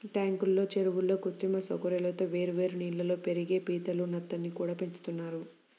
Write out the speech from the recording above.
ట్యాంకుల్లో, చెరువుల్లో కృత్రిమ సౌకర్యాలతో వేర్వేరు నీళ్ళల్లో పెరిగే పీతలు, నత్తల్ని కూడా పెంచుతున్నారు